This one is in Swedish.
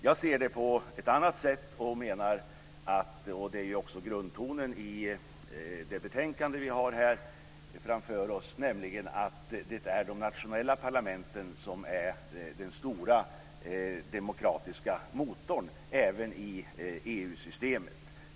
Jag ser det på ett annat sätt och menar - och det är också grundtonen i det betänkande vi behandlar - att det är de nationella parlamenten som är den stora demokratiska motorn även i EU-systemet.